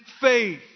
faith